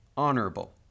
honorable